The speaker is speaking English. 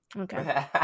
Okay